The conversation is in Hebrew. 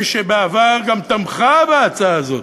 מי שבעבר גם תמכה בהצעה הזאת,